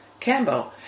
Cambo